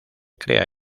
crea